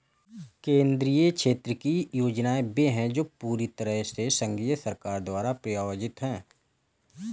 केंद्रीय क्षेत्र की योजनाएं वे है जो पूरी तरह से संघीय सरकार द्वारा प्रायोजित है